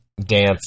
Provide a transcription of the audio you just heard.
dance